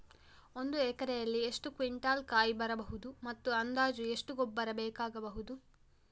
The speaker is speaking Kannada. ಒಂದು ಎಕರೆಯಲ್ಲಿ ಎಷ್ಟು ಕ್ವಿಂಟಾಲ್ ಕಾಯಿ ಬರಬಹುದು ಮತ್ತು ಅಂದಾಜು ಎಷ್ಟು ಗೊಬ್ಬರ ಬೇಕಾಗಬಹುದು?